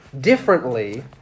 differently